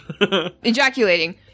Ejaculating